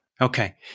Okay